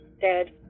dead